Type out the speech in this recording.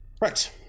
Right